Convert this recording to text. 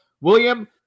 William